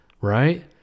right